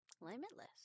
limitless